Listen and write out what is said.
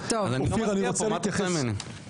אז תלכי, מה את רוצה ממני?